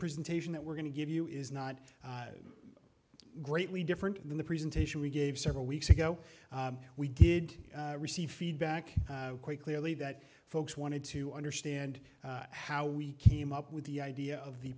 presentation that we're going to give you is not greatly different than the presentation we gave several weeks ago we did receive feedback quite clearly that folks wanted to understand how we came up with the idea of the